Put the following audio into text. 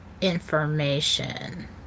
information